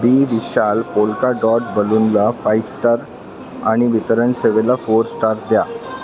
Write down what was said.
बी Vishal polka dot बलूनला five star आणि वितरण सेवेला फोर स्टार द्या